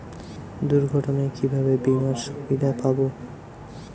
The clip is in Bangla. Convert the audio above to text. দুর্ঘটনায় কিভাবে বিমার সুবিধা পাব?